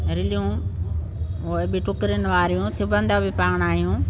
रिलियूं उहे बि टुकिरियुनि वारियूं सिबंदा बि पाण आहियूं